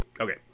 Okay